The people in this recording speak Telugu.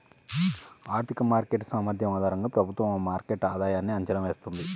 ఆర్థిక మార్కెట్ సామర్థ్యం ఆధారంగా ప్రభుత్వం ఆ మార్కెట్ ఆధాయన్ని అంచనా వేస్తుంది